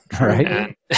Right